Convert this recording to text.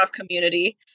community